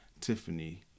Tiffany